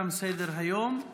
תם סדר-היום.